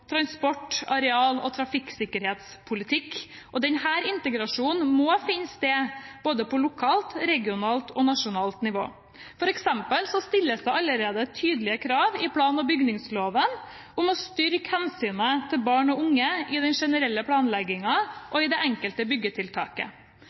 transport-, areal- og trafikksikkerhetspolitikk, og denne integrasjonen må finne sted på både lokalt, regionalt og nasjonalt nivå. For eksempel stilles det allerede tydelige krav i plan- og bygningsloven om å styrke hensynet til barn og unge i den generelle